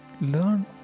learn